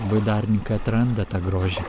baidarininkai atranda tą grožį